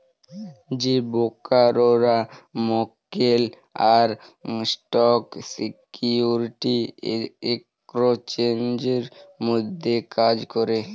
যে ব্রকাররা মক্কেল আর স্টক সিকিউরিটি এক্সচেঞ্জের মধ্যে কাজ ক্যরে